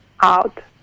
out